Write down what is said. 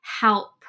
help